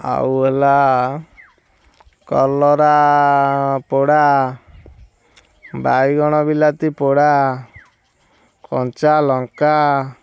ଆଉ ହେଲା କଲରା ପୋଡ଼ା ବାଇଗଣ ବିଲାତି ପୋଡ଼ା କଞ୍ଚା ଲଙ୍କା